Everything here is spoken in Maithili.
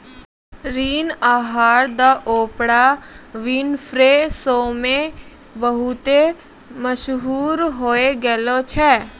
ऋण आहार द ओपरा विनफ्रे शो मे बहुते मशहूर होय गैलो छलै